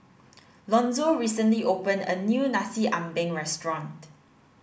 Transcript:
Lonzo recently opened a new Nasi Ambeng restaurant